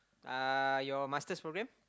uh your Master's program